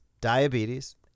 diabetes